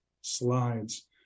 slides